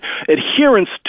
adherence